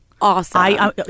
Awesome